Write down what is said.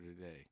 today